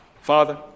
Father